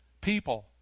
people